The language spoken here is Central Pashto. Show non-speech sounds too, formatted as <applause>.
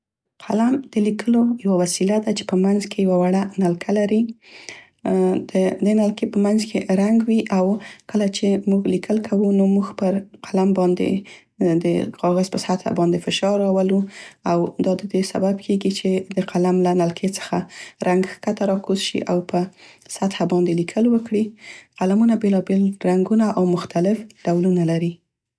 <hesitation> قلم د لیکلو یوه وسیله ده چې په منځ کې یې یوه وړه نلکه لري. <hesitation> د دې نلکې په منځ کې رنګ وي او کله چې موږ لیکل کوو نو موږ پر قلم باندې د کاغذ په سطح باندې فشار راولو او دا د دې سبب کیګي چې د قلم له نلکې څخه رنګ ښکته راکوز شي او په سطحه باندې لیکل وکړي. قلمونه بیلابیل رنګونه او مختلف ډولونه لري.